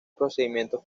procedimiento